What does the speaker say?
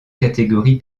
catégorie